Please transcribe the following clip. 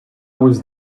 was